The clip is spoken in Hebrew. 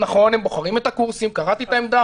-- נכון, הם בוחרים את הקורסים, קראתי את העמדה.